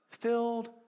Filled